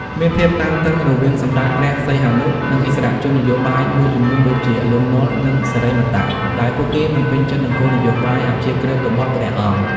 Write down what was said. មានភាពតានតឹងរវាងសម្ដេចព្រះសីហនុ និងឥស្សរជននយោបាយមួយចំនួនដូចជា លន់ នល់ និង សិរិមតៈ ដែលពួកគេមិនពេញចិត្តនឹងគោលនយោបាយអព្យាក្រឹត្យរបស់ព្រះអង្គ។